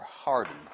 hardened